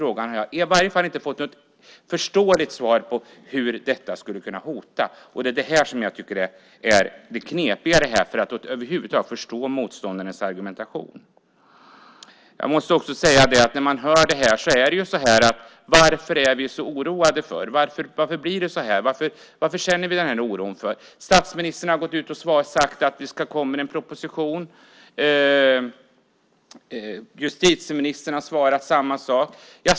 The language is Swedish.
Jag har i varje fall inte fått något förståeligt svar på hur detta skulle kunna hota. Jag tycker att det är knepigt att över huvud taget förstå motståndarens argumentation. Varför är vi så oroade? Varför blir det så här? Varför känner vi den här oron? Statsministern har sagt att det kommer en proposition. Justitieministern har svarat samma sak.